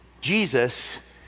Jesus